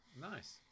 Nice